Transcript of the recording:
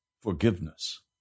forgiveness